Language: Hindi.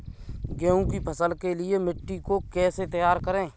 गेहूँ की फसल के लिए मिट्टी को कैसे तैयार करें?